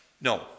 No